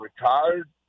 retired